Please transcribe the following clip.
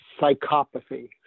psychopathy